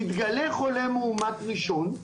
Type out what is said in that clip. יתגלה חולה מאומת ראשון,